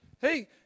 Hey